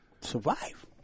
survive